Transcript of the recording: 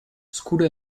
skol